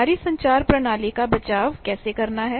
हमारी संचार प्रणालीका बचाव कैसे करना है